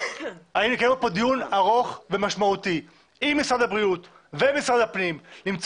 קיימנו כאן דיון ארוך ומשמעותי עם משרד הבריאות ומשרד הפנים על מנת